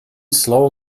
slow